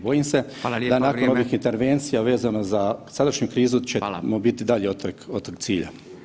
Bojim se da nakon ovih intervencija vezano za sadašnju krizu ćemo biti dalje od tog cilja.